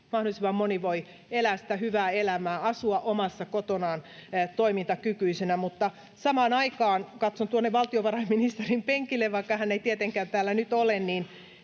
mahdollisimman moni voi elää sitä hyvää elämää, asua omassa kotonaan toimintakykyisenä. Mutta samaan aikaan katson tuonne valtiovarainministerin penkille — vaikka hän ei tietenkään täällä nyt ole: